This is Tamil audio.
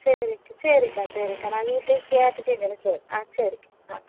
சரிக்கா சரிக்கா சரிக்கா நான் வீட்லையும் கேட்டுவிட்டு என்னன்னு சொல் ஆ சரிக்கா ஆ